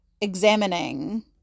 examining